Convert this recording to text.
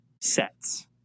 sets